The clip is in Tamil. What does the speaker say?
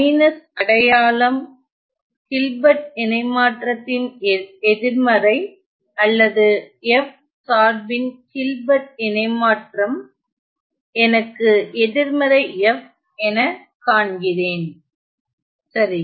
மைனஸ் அடையாளம் ஹில்பர்ட் இணைமாற்றத்தின் எதிர்மறை அல்லது f சார்பின் ஹில்பர்ட் இணைமாற்றம் எனக்கு எதிர்மறை f என காண்கிறேன் சரி